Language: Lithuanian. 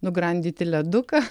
nugrandyti leduką